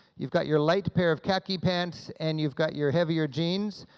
you've got your light pair of khaki pants, and you've got your heavier jeans.